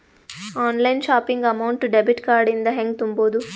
Online shopping amount debit card ಇಂದ ಹೆಂಗ್ ತುಂಬೊದು?